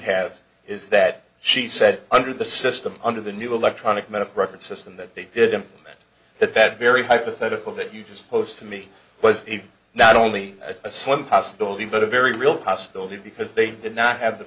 have is that she said under the system under the new electronic medical records system that they did that that very hypothetical that you just posed to me was not only a slim possibility but a very real possibility because they did not have the